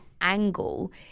angle